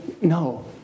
No